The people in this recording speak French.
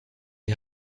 est